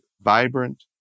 vibrant